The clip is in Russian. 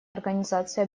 организации